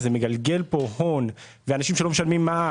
מגלגל פה הון ואנשים שלא משלמים מע"מ,